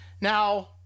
Now